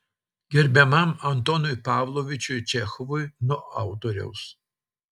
gerbiamam antonui pavlovičiui čechovui nuo autoriaus